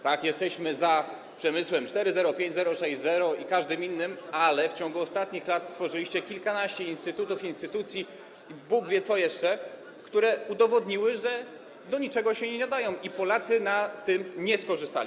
Tak, jesteśmy za przemysłem 4.0, 5.0, 6.0 i każdym innym, ale w ciągu ostatnich lat stworzyliście kilkanaście instytutów, instytucji i Bóg wie co jeszcze, które udowodniły, że do niczego się nie nadają i że Polacy na tym nie skorzystali.